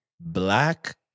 Black